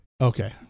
okay